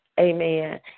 Amen